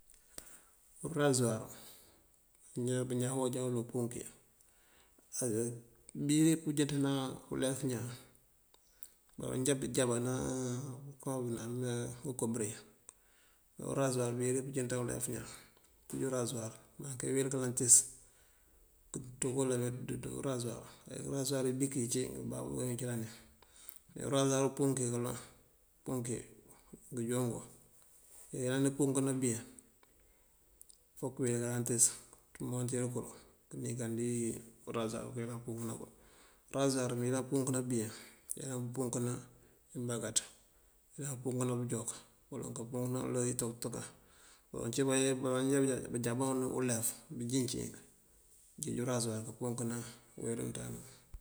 Urazuwar, bañaan këënjá wul umpunki abíri pëënjënţan ulef iñaan. Á mëënjá këënjábana kom këënáam unko bëreŋ. Urazúwar abíri pëënjënţan ulef iñaan. Mëënţíij urazuwar, këëmaŋ kawel kálentis këënţú kël ţí báameţú urazuwar, urazuwar ibik iyi ací iyi bababú kacëlani. Ayi razuwar umpunki kaloŋ, umpunki ngëjongun ayëlan pëëmpunkëna been, fok këwel kálentis këëmontur kël, këëningan kël dí urazuwar këëyëlan këënpunkëna bël. Urazuwar mëyëlan káampunkëna been, ayëlan pëëmpunkëna imbánkaţ, ayëlan káampunkëna bëënjúwak uwala këëmpunkëna intokëtokan. Baloŋ bëëje bëëjábin ulef, bëënjinc ink bëënjeej urazuwar káampunkëna umëënţawun.